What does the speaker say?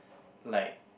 like